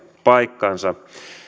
paikkaansa